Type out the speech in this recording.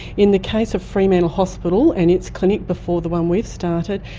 in the case of fremantle hospital and its clinic, before the one we've started,